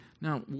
Now